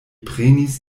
prenis